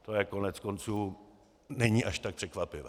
To koneckonců není až tak překvapivé.